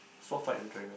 sword fight with dragon